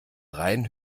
rein